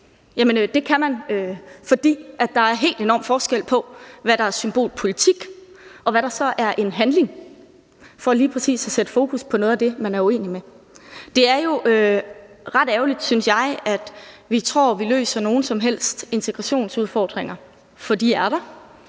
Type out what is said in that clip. det kan man, fordi der er helt enorm forskel på, hvad der er symbolpolitik, og hvad der så er en handling for lige præcis at sætte fokus på noget af det, man er uenig i. Det er jo ret ærgerligt, synes jeg, at vi tror, at vi løser nogen som helst integrationsudfordringer – for de er der